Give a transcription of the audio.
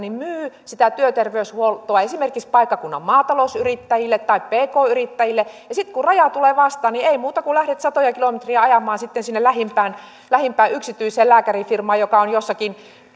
myy sitä työterveyshuoltoa esimerkiksi paikkakunnan maatalousyrittäjille tai pk yrittäjille sitten kun raja tulee vastaan niin ei muuta kuin lähdet satoja kilometrejä ajamaan sinne lähimpään lähimpään yksityiseen lääkärifirmaan joka on jossakin